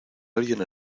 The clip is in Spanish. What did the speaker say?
alguien